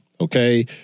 okay